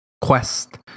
quest